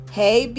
hey